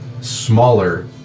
smaller